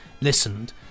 listened